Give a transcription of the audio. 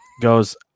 goes